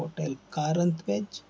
hotel Karanth veg